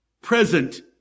present